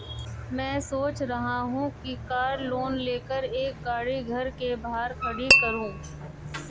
मैं सोच रहा हूँ कि कार लोन लेकर एक गाड़ी घर के बाहर खड़ी करूँ